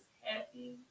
happy